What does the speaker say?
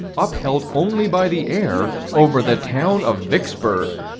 upheld only by the air, over the town of vicksburg.